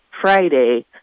Friday